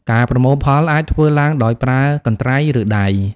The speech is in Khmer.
ការប្រមូលផលអាចធ្វើឡើងដោយប្រើ កន្ត្រៃ ឬ ដៃ។